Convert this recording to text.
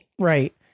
right